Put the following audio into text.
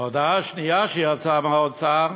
ההודעה השנייה שיצאה מהאוצר,